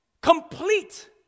Complete